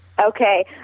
Okay